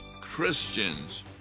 Christians